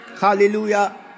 hallelujah